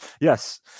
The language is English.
Yes